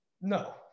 No